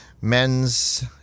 men's